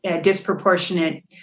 disproportionate